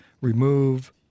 remove –